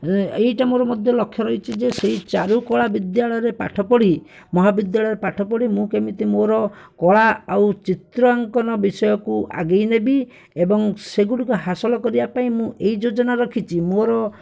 ଏଇଟା ମଧ୍ୟ ମୋର ଲକ୍ଷ୍ୟ ରହିଛି ଯେ ସେହି ଚାରୁକଳା ବିଦ୍ୟାଳୟରେ ପାଠ ପଢ଼ି ମହାବିଦ୍ୟାଳୟରେ ପାଠ ପଢ଼ି ମୁଁ କେମିତି ମୋର କଳା ଆଉ ଚିତ୍ରାଙ୍କନ ବିଷୟକୁ ଆଗେଇ ନେବି ଏବଂ ସେଗୁଡ଼ିକ ହାସଲ କରିବା ପାଇଁ ମୁଁ ଏହି ଯୋଜନା ରଖିଛି ମୋର